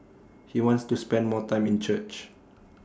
he wants to spend more time in church